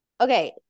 Okay